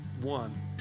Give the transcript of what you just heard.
one